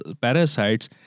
parasites